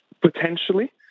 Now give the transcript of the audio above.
potentially